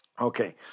Okay